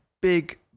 big